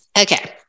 Okay